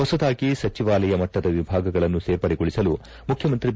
ಹೊಸದಾಗಿ ಸಚಿವಾಲಯ ಮಟ್ಟದ ವಿಭಾಗಗಳನ್ನು ಸೇರ್ಪಡೆಗೊಳಿಸಲು ಮುಖ್ಯಮಂತ್ರಿ ಬಿ